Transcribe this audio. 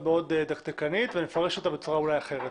מאוד דקדקנית ונפרש אותה בצורה אולי אחרת.